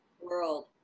world